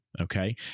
Okay